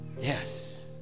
yes